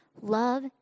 Love